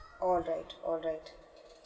all right all right